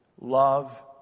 Love